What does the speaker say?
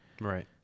Right